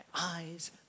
eyes